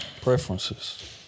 Preferences